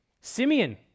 Simeon